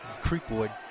Creekwood